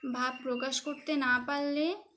ভাব প্রকাশ করতে না পারলে